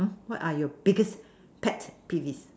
what are your biggest pet peeves